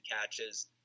catches